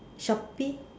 Shopee